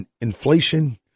inflation